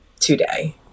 today